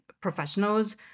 professionals